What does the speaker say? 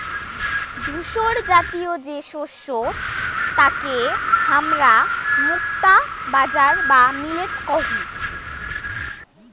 ধূসরজাতীয় যে শস্য তাকে হামরা মুক্তা বাজরা বা মিলেট কহি